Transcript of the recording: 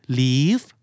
leave